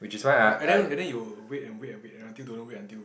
and and then and then you'll wait and wait and wait and don't know wait until when